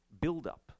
buildup